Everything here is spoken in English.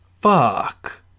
fuck